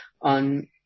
on